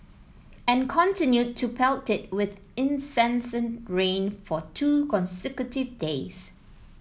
and continued to pelt it with incessant rain for two consecutive days